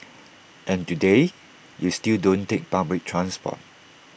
and today you still don't take public transport